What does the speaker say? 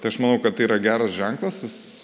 tai aš manau kad tai yra geras ženklas jis